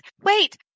wait